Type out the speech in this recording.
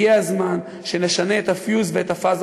הגיע הזמן שנשנה את הפיוז ואת הפאזה